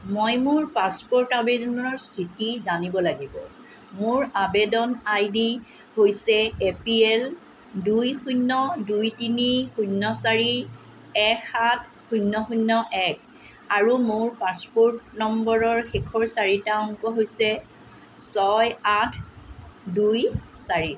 মই মোৰ পাছপ'ৰ্ট আবেদনৰ স্থিতি জানিব লাগিব মোৰ আবেদন আইডি হৈছে এ পি এল দুই শূণ্য দুই তিনি শূণ্য চাৰি এক সাত শূণ্য শূণ্য এক আৰু মোৰ পাছপ'ৰ্ট নম্বৰৰ শেষৰ চাৰিটা অংক হৈছে ছয় আঠ দুই চাৰি